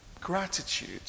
gratitude